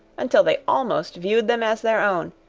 until they almost viewed them as their own,